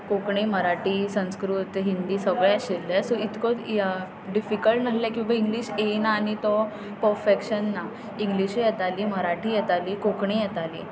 कोंकणी मराठी संस्कृत हिंदी सगळें आशिल्लें सो इतको डिफिकल्ट नासलें की बाबा इंग्लीश येना आनी तो परफॅक्शन ना इंग्लीशूय येताली मराठीय येताली आनी कोंकणीय येताली